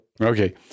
Okay